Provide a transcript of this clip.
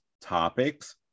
topics